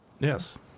Yes